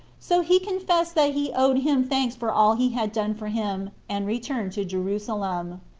so he confessed that he owed him thanks for all he had done for him, and returned to jerusalem.